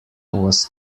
was